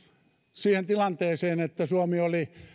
siihen tilanteeseen että suomi oli